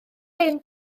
hen